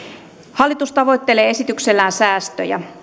hallitus tavoittelee esityksellään säästöjä